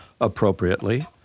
appropriately